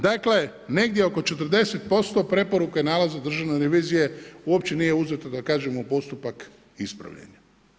Dakle negdje oko 40% preporuka i nalaza državne revizije uopće nije uzeto da kažem u postupak ispravljanja.